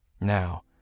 Now